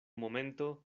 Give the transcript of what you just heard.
momento